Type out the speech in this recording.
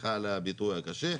סליחה על הביטוי הקשה.